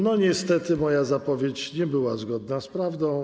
Niestety moja zapowiedź nie była zgodna z prawdą.